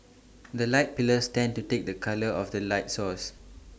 the light pillars tend to take the colour of the light source